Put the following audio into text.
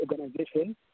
organization